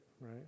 right